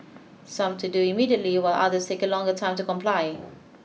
some to do immediately while others take a longer time to comply